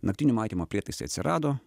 naktinio matymo prietaisai atsirado